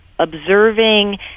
observing